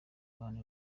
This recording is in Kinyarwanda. abantu